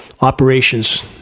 operations